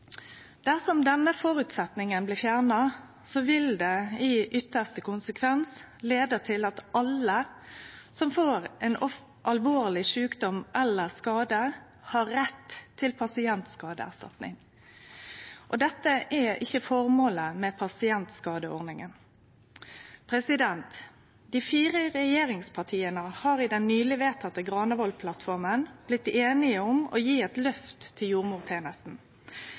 Dersom denne føresetnaden blir fjerna, vil det i ytste konsekvens føre til at alle som får alvorleg sjukdom eller skade, har rett til pasientskadeerstatning. Dette er ikkje føremålet med pasientskadeordninga. Dei fire regjeringspartia har i den nyleg vedtekne Granavolden-plattforma blitt einige om å gje eit løft til